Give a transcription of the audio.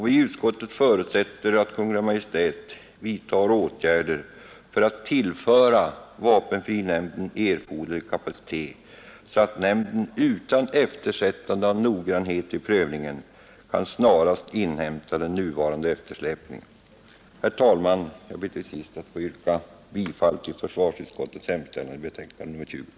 Vi förutsätter att Kungl. Maj:t vidtar åtgärder för att tillföra vapenfrinämnden erforderlig kapacitet, så att nämnden utan eftersättande av noggrannheten i prövningen snarast kan inhämta den nuvarande eftersläpningen. Herr talman! Jag ber till sist att få yrka bifall till försvarsutskottets hemställan i betänkande nr 20.